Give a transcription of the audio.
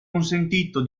consentito